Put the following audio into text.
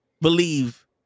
believe